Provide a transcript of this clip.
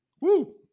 Woo